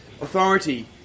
Authority